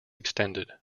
extended